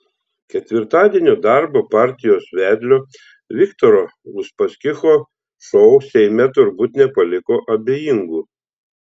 ketvirtadienio darbo partijos vedlio viktoro uspaskicho šou seime turbūt nepaliko abejingų